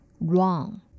wrong